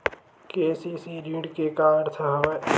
KCC ऋण के का अर्थ हवय?